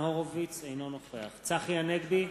אינו נוכח צחי הנגבי,